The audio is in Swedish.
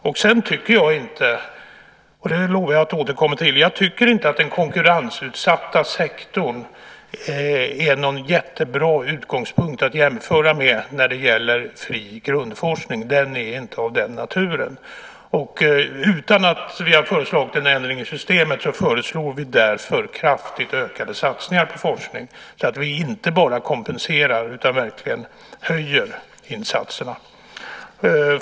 Sedan tycker jag inte - det lovade jag att återkomma till - att den konkurrensutsatta sektorn är någon jättebra utgångspunkt att jämföra med när det gäller fri grundforskning. Den är inte av den naturen. Utan att vi har föreslagit en ändring i systemet föreslår vi därför kraftigt ökade satsningar på forskning, så att vi inte bara kompenserar utan verkligen höjer insatserna.